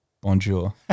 Bonjour